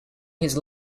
his